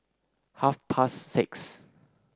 half past six